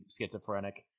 schizophrenic